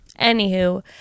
anywho